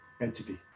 entity